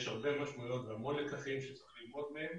יש הרבה משמעויות והמון לקחים שצריך ללמוד מהם